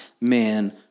man